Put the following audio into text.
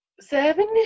Seven